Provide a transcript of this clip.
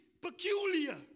peculiar